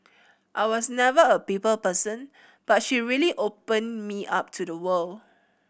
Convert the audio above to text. I was never a people person but she really opened me up to the world